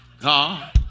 God